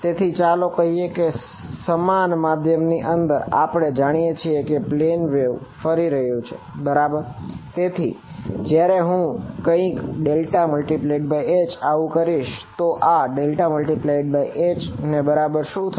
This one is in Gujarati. તેથી જયારે હું કંઈક ∇×H આવું કરીશ તો આ ∇×H ને બરાબર શું થશે